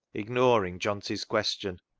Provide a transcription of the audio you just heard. ignoring johnty's question.